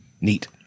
Neat